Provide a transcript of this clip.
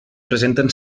presenten